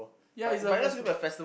yeah it's a festi~